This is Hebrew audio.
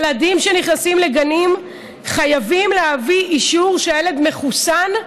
ילדים שנכנסים לגנים חייבים להביא אישור שהילד מחוסן,